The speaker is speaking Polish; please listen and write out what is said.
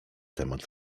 temat